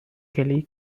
kelly